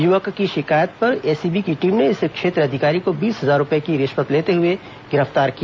युवक की शिकायत पर एसीबी की टीम ने इस क्षेत्र अधिकारी को बीस हजार रूपये की रिश्वत लेते हुए गिरफ्तार किया